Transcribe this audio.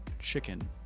chicken